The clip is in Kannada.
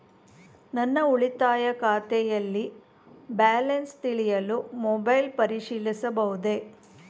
ನನ್ನ ಉಳಿತಾಯ ಖಾತೆಯಲ್ಲಿ ಬ್ಯಾಲೆನ್ಸ ತಿಳಿಯಲು ಮೊಬೈಲ್ ಪರಿಶೀಲಿಸಬಹುದೇ?